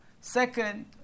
Second